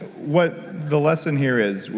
what, the lesson here is,